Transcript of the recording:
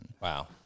Wow